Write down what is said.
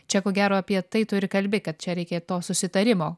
čia ko gero apie tai tu ir kalbi kad čia reikia to susitarimo